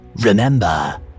Remember